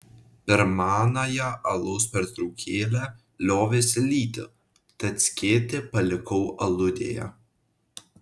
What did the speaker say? per manąją alaus pertraukėlę liovėsi lyti tad skėtį palikau aludėje